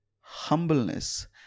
humbleness